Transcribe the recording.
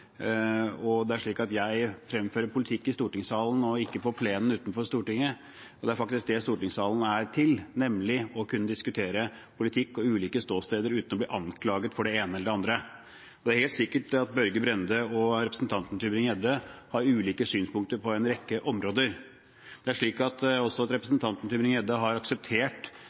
Det er slik at jeg fremfører politikk i stortingssalen og ikke på plenen utenfor Stortinget, og det er faktisk det stortingssalen er til, nemlig å kunne diskutere politikk og ulike ståsteder uten å bli anklaget for det ene eller det andre. Det er helt sikkert at Børge Brende og representanten Tybring-Gjedde har ulike synspunkter på en rekke områder. Det er også slik at representanten Tybring-Gjedde har akseptert